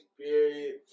period